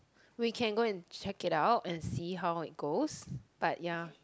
we can go and check it out and see how it goes but ya